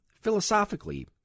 Philosophically